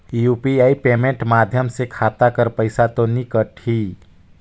UPI payment माध्यम से खाता कर पइसा तो नी कटही?